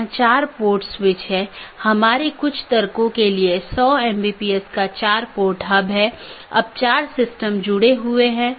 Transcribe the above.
यह मूल रूप से स्केलेबिलिटी में समस्या पैदा करता है